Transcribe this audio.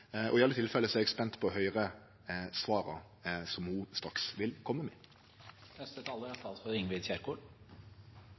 I alle tilfelle er eg spent på å høyre svara ho straks vil kome med. Regjeringens mål for håndtering av pandemien framover er